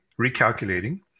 recalculating